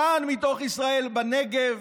כאן, מתוך ישראל, בנגב,